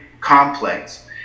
complex